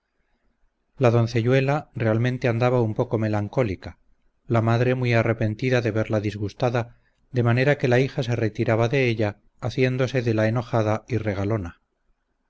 la doncelluela realmente andaba un poco melancólica la madre muy arrepentida de verla disgustada de manera que la hija se retiraba de ella haciéndose de la enojada y regalona